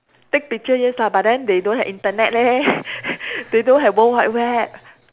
take picture yes lah but then they don't have Internet leh they don't have world wide web